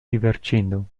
divertindo